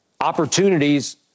opportunities